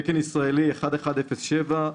ת"י 1107,